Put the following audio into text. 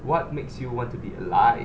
what makes you want to be alive